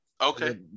Okay